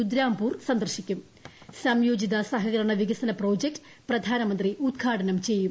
രുദ്രാപൂർ സന്ദർശിക്കും സംയോജിത സഹകരണ വികസന പ്രോജക്ട് പ്രധാനമന്ത്രി ഉദ്ഘാടനം ചെയ്യും